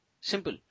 Simple